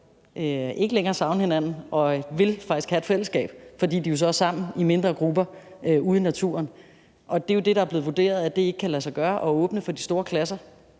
ikke længere savne hinanden og vil faktisk have et fællesskab, fordi de så er sammen i mindre grupper ude i naturen. Og det er det, der er blevet vurderet ikke kan lade sig gøre, altså at åbne for de store klasser,